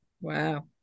Wow